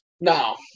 No